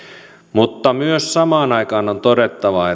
mutta samaan aikaan on myös todettava